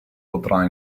potrà